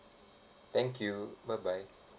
thank you bye bye